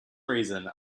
reason